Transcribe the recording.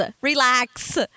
Relax